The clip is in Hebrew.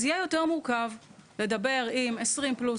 אז יהיה יותר מורכב לדבר עם 20 פלוס